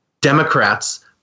Democrats